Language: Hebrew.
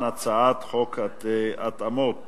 שהצעת חוק לתיקון פקודת המשטרה